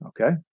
okay